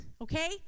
okay